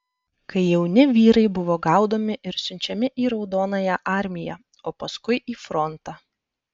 kai jauni vyrai buvo gaudomi ir siunčiami į raudonąją armiją o paskui į frontą